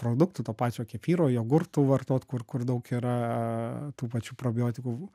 produktų to pačio kefyro jogurtų vartot kur kur daug yra tų pačių probiotikų